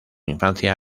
infancia